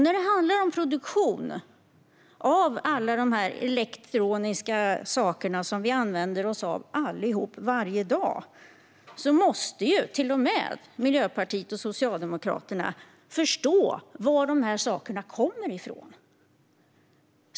När det handlar om produktion av alla de elektroniska saker som vi allihop använder oss av varje dag måste ju till och med Miljöpartiet och Socialdemokraterna förstå var dessa saker kommer ifrån.